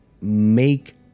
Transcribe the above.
make